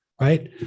Right